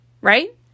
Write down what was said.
right